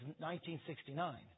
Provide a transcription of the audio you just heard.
1969